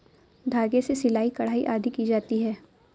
धागे से सिलाई, कढ़ाई आदि की जाती है